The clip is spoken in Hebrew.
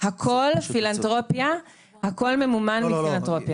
הכול פילנתרופיה, הכול ממומן בפילנתרופיה.